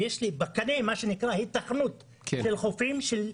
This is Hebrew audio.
ויש לי בקנה היתכנות של 23